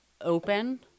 open